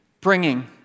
Bringing